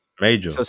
Major